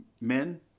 Men